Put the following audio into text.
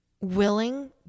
willing